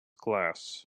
glass